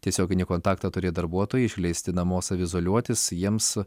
tiesioginį kontaktą turėję darbuotojai išleisti namo saviizoliuotis jiems